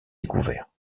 découverts